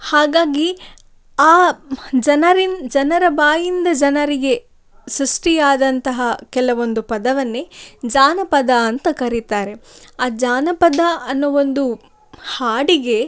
ಹಾಗಾಗಿ ಆ ಜನರಿಂದ ಜನರ ಬಾಯಿಂದ ಜನರಿಗೆ ಸೃಷ್ಟಿಯಾದಂತಹ ಕೆಲವೊಂದು ಪದವನ್ನೇ ಜಾನಪದ ಅಂತ ಕರಿತಾರೆ ಆ ಜಾನಪದ ಅನ್ನೋ ಒಂದು ಹಾಡಿಗೆ